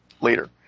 later